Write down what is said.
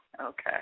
okay